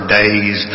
days